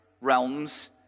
Realms